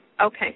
Okay